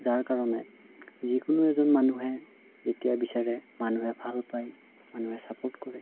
যাৰ কাৰণে যিকোনো এজন মানুহে যেতিয়া বিচাৰে মানুহে ভাল পায় মানুহে ছাপোৰ্ট কৰে